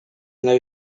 now